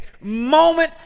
moment